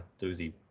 doozy